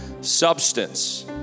substance